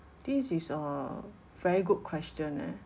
this is a very good question leh